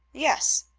yes,